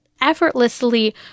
effortlessly